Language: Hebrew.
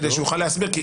כדי שיוכל להסביר,